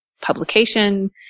publication